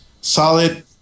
Solid